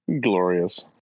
Glorious